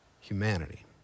humanity